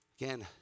Again